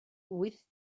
wyth